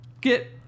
get